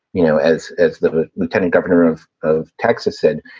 you know, as as the lieutenant governor of of texas said,